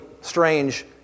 strange